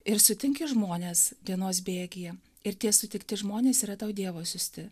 ir sutinki žmones dienos bėgyje ir tie sutikti žmonės yra tau dievo siųsti